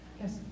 Yes